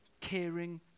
caring